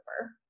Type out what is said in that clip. over